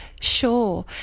Sure